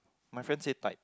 my friend say type